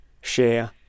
Share